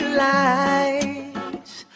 lights